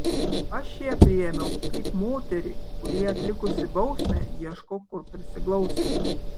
aš ją priėmiau kaip moterį kuri atlikusi bausmę ieško kur prisiglausti